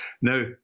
Now